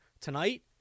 tonight